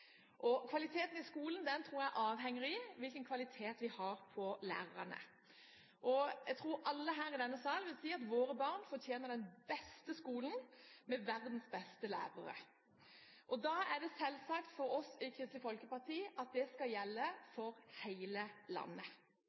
Kvaliteten i skolen tror jeg avhenger av hvilken kvalitet vi har på lærerne. Jeg tror alle her i denne salen vil si at våre barn fortjener den beste skolen med verdens beste lærere, og da er det selvsagt for oss i Kristelig Folkeparti at det skal gjelde for hele landet.